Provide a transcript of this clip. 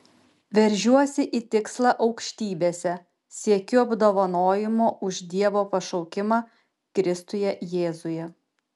veržiuosi į tikslą aukštybėse siekiu apdovanojimo už dievo pašaukimą kristuje jėzuje